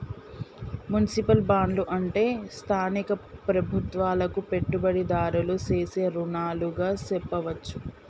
municipal బాండ్లు అంటే స్థానిక ప్రభుత్వాలకు పెట్టుబడిదారులు సేసే రుణాలుగా సెప్పవచ్చు